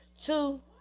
Two